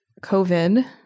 COVID